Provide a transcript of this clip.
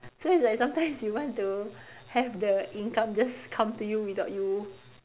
so it's like sometimes you want to have the income just come to you without you